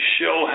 show